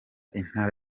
intara